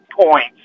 points